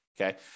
Okay